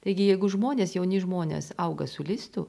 taigi jeigu žmonės jauni žmonės auga solistu